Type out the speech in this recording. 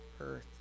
earth